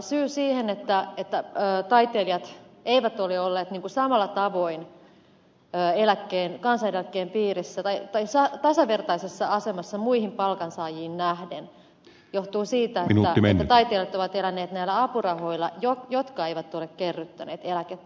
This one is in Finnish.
syy siihen että taiteilijat eivät ole olleet samalla tavoin tai eläkkeen ja kansaeläkkeen piirissä tai ei saata tasavertaisessa asemassa muihin palkansaajiin nähden johtuu siitä että taiteilijat ovat eläneet näillä apurahoilla jotka eivät ole kerryttäneet eläkettä